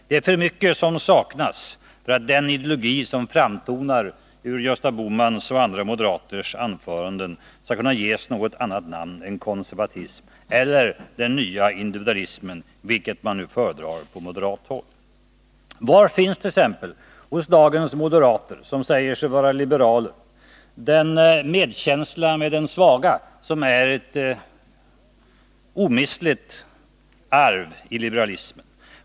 Det är för mycket som saknas för att den ideologi som framtonar ur Gösta Bohmans och andra moderaters anföranden skall kunna ges något annat namn än konservatism eller den nya individualismen — vilket man nu föredrar på moderat håll. Var finns t.ex. hos dagens moderater, som säger sig vara liberaler, den medkänsla med den svage som är ett omistligt arv i liberalismen?